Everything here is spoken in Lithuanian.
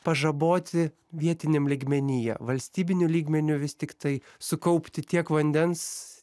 pažaboti vietiniam lygmenyje valstybiniu lygmeniu vis tiktai sukaupti tiek vandens